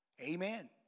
Amen